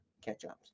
ketchup